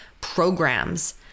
programs